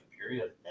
period